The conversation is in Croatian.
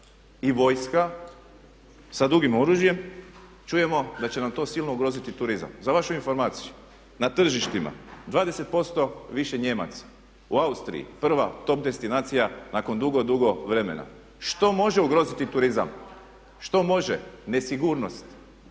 i vojska sa dugim oružjem čujemo da će nam to silno ugroziti turizam. Za vašu informaciju na tržištima je 20% više Nijemaca, u Austriji prva top destinacija nakon dugo, dugo vremena. Što može ugroziti turizam? Nesigurnost